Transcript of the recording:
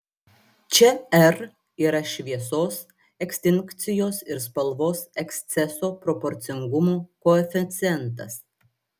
čia r yra šviesos ekstinkcijos ir spalvos eksceso proporcingumo koeficientas